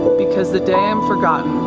because the day i'm forgotten,